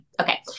Okay